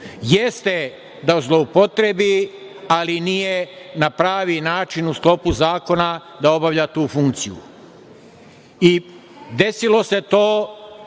Jeste da zloupotrebi, ali nije na pravi način u sklopu zakona da obavlja tu funkciju. Desilo se to